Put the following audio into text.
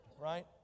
right